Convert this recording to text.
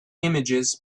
images